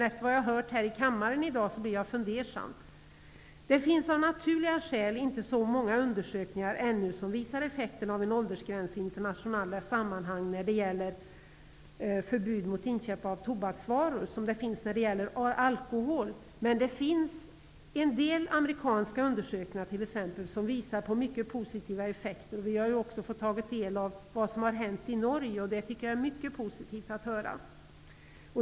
Efter vad jag har hört här i kammaren i dag blir jag fundersam. Det finns av naturliga skäl inte så många undersökningar ännu som visar effekten av en åldersgräns i internationella sammanhang när det gäller förbud mot inköp av tobaksvaror som det finns när det gäller alkohol. Det finns dock en del amerikanska undersökningar som visar på mycket positiva effekter. Vi har också fått ta del av vad som har hänt i Norge. Det tycker jag var mycket positivt att höra.